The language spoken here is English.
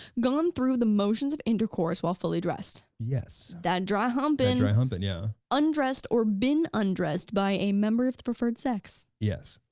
gone through the motions of intercourse while fully dressed. yes. that dry humping. that dry humping yeah. undressed or been undressed by a member of the preferred sex. yes.